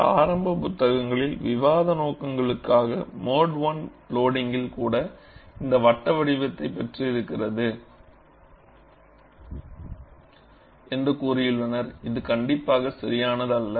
சில ஆரம்ப புத்தகங்களில் விவாத நோக்கங்களுக்காக மோடு 1 லோடிங்யில் கூட இந்த வட்ட வடிவத்தை பெற்று இருக்கிறது என்று கூறியுள்ளனர் இது கண்டிப்பாக சரியானதல்ல